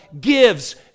gives